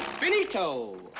finito!